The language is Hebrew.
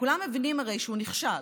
כולם הרי מבינים שהוא נכשל,